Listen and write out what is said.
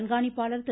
கண்காணிப்பாளர் திரு